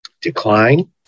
decline